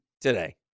today